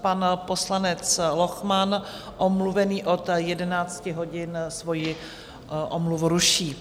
Pan poslanec Lochman, omluvený od 11 hodin, svoji omluvu ruší.